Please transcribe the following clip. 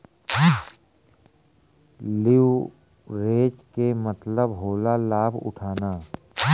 leverage के मतलब होला लाभ उठाना